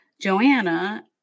Joanna